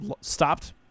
stopped